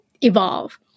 evolve